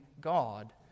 God